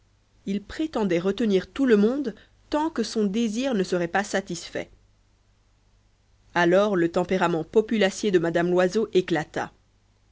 il prétendait retenir tout le monde tant que son désir ne serait pas satisfait alors le tempérament populacier de mme loiseau éclata